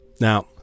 Now